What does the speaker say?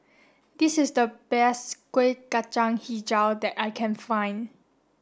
this is the best Kuih Kacang Hijau that I can find